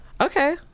Okay